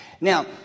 Now